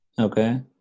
okay